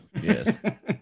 Yes